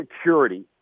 security